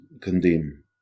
condemn